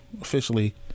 officially